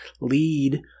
lead